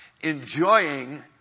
enjoying